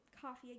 coffee